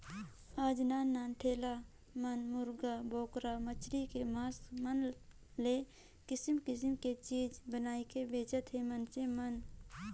आयज नान नान ठेला मन मुरगा, बोकरा, मछरी के मास मन ले किसम किसम के चीज बनायके बेंचत हे मइनसे मन